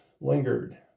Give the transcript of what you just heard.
lingered